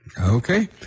Okay